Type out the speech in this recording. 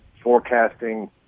forecasting